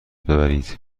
ببرید